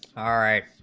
are